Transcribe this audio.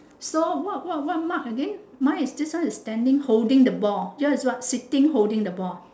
so what what what mark again mine is this one is standing holding the ball yours is what sitting holding the ball